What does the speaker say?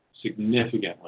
significantly